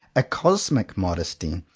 a cosmic modesty,